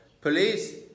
police